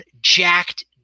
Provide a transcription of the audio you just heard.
jacked